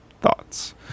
thoughts